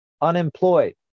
unemployed